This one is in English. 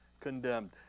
condemned